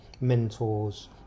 mentors